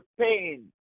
pain